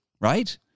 right